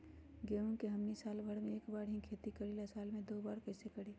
गेंहू के हमनी साल भर मे एक बार ही खेती करीला साल में दो बार कैसे करी?